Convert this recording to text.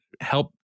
help